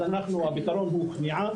אז הפתרון הוא כניעה